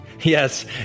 Yes